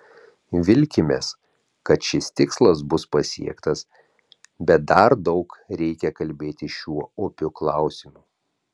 vilkimės kad šis tikslas bus pasiektas bet dar daug reikia kalbėti šiuo opiu klausimu